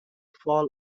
fall